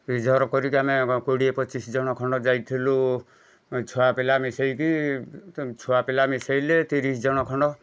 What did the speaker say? reserve କରିକି ଆମେ କୋଡ଼ିଏ ପଚିଶ ଜଣ ଖଣ୍ଡେ ଯାଇଥିଲୁ ଛୁଆପିଲା ମିଶେଇକି ଛୁଆପିଲା ମିଶେଇଲେ ତିରିଶ ଜଣ ଖଣ୍ଡ